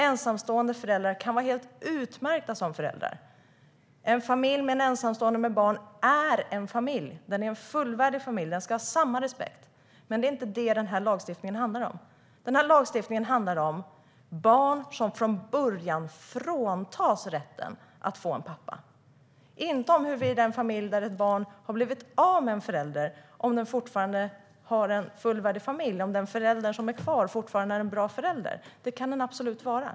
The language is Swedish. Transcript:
Ensamstående föräldrar kan vara helt utmärkta som föräldrar. En familj med en ensamstående med barn är en fullvärdig familj. Den ska ha samma respekt. Men det är inte det som den här lagstiftningen handlar om. Den här lagstiftningen handlar om barn som från början fråntas rätten att få en pappa, inte om huruvida en familj där ett barn har blivit av med en förälder är en fullvärdig familj, om den förälder som är kvar fortfarande är en bra förälder. Det kan den absolut vara.